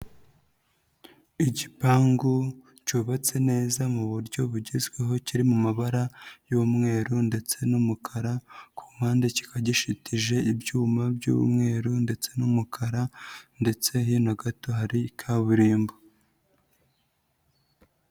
Igipangu cyubatse neza mu buryo bugezweho kiri mu mabara y'umweru ndetse n'umukara, ku mpande kikaba gishitije n'ibyuma by'umweru ndetse n'umukara, ndetse hino gato hari kaburimbo.